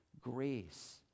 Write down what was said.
Grace